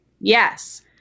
Yes